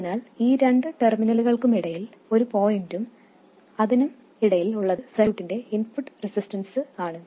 അതിനാൽ ഈ രണ്ട് ടെർമിനലുകൾക്കിടയിൽ ഈ പോയിന്റിനും അതിനും ഇടയിൽ ഉള്ളത് സർക്യൂട്ടിന്റെ ഇൻപുട്ട് റെസിസ്റ്റൻസ് ആണ്